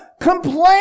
complain